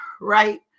right